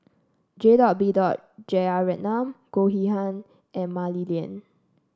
J dot B dot Jeyaretnam Goh Yihan and Mah Li Lian